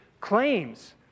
claims